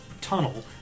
tunnel